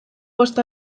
bost